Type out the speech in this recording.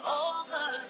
over